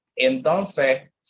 Entonces